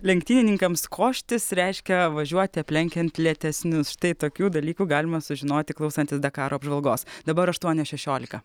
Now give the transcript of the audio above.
lenktynininkams koštis reiškia važiuoti aplenkiant lėtesnius štai tokių dalykų galima sužinoti klausantis dakaro apžvalgos dabar aštuonios šešiolika